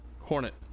Hornet